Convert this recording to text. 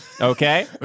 Okay